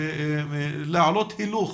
להעלות הילוך